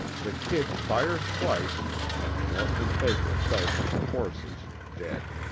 the kid fired twice and morton and baker fell from their horses, dead.